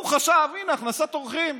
הוא חשב: הינה, הכנסת אורחים.